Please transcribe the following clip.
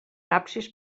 absis